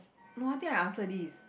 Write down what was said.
no I think I answered this